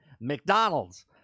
McDonald's